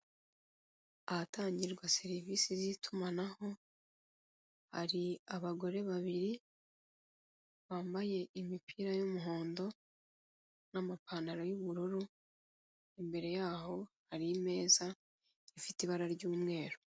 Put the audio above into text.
Ahatangirwa serivise z'itumanaho hari abagore babiri bambaye imipira y'umuhondo n'amapantaro y'ubururu, imbere yaho hari imeza ifite ibara ry'umweru.